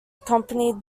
accompanied